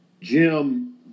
Jim